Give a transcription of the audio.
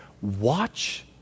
Watch